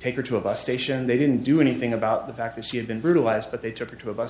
take the two of us stationed they didn't do anything about the fact that she had been brutalized but they took her to a bus